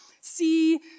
See